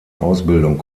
ausbildung